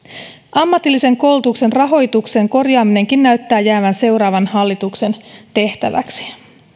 ammatillisen koulutuksen rahoituksen korjaaminenkin näyttää jäävän seuraavan hallituksen tehtäväksi